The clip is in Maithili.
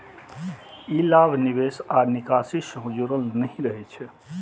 ई लाभ निवेश आ निकासी सं जुड़ल नहि रहै छै